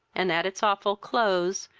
and, at its awful close,